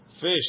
fish